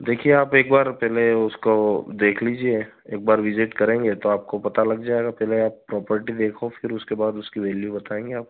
देखिए आप एक बार पहले उसको देख लीजिए एक बार विज़िट करेंगे तो आपको पता लग जाएगा पहले आप प्रॉपर्टी देखो फ़िर उसके बाद उसकी वैल्यू बताएँगे आपको